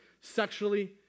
sexually